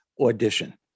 audition